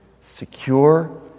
secure